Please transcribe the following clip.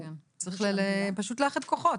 כן, צריך פשוט לאחד כוחות.